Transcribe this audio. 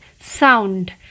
sound